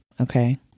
Okay